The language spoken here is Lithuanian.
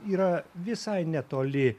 yra visai netoli